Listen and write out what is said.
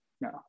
no